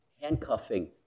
handcuffing